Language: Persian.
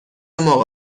موقع